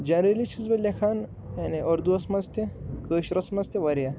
generally چھُس بہٕ لیکھان یعنی اُردوٗوَس منٛز تہِ کٲشُرَس منٛز تہِ واریاہ